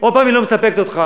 עוד פעם שהיא לא מספקת אותך.